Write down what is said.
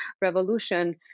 Revolution